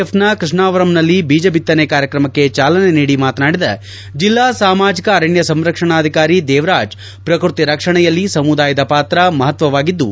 ಎಫ್ನ ಕೃಷ್ಣಾವರಂನಲ್ಲಿ ಬೀಜ ಬಿತ್ತನೆ ಕಾರ್ಕ್ರಮಕ್ಕೆ ಚಾಲನೆ ನೀಡಿ ಮಾತನಾಡಿದ ಜಿಲ್ಲಾ ಸಾಮಾಜಿಕ ಅರಣ್ಯ ಸಂರಕ್ಷಣಾಧಿಕಾರಿ ದೇವರಾಜ್ ಪ್ರಕೃತಿ ರಕ್ಷಣೆಯಲ್ಲಿ ಸಮುದಾಯದ ಪಾತ್ರ ಮಹತ್ವವಾಗಿದ್ದು